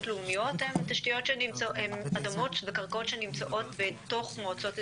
לאומיות הן קרקעות שנמצאות בתוך מועצות אזוריות,